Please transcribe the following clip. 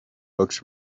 books